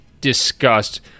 disgust